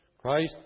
Christ